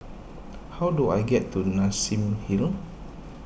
how do I get to Nassim Hill